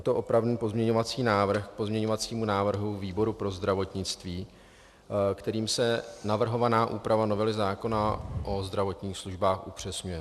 Je to pozměňovací návrh k pozměňovacímu návrhu výboru pro zdravotnictví, kterým se navrhovaná úprava novely zákona o zdravotních službách upřesňuje.